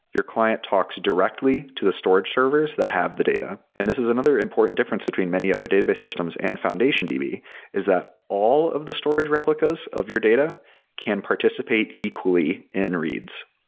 your client talks directly to the storage servers that have the data, and this is another important difference between many other database systems and foundationdb is that all of the storage replicas of your data can participate equally in reads.